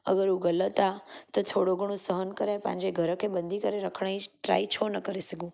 अगरि हू ग़लति आहे त थोरो घणो सहन करे पंहिंजे घर खे ॿधी करे रखण जी ट्राइ छो न करे सघूं